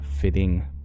fitting